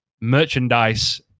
merchandise